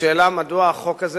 בשאלה מדוע החוק הזה,